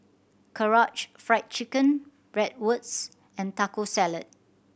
Karaage Fried Chicken Bratwurst and Taco Salad